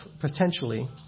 potentially